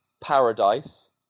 Paradise